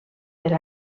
per